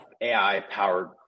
AI-powered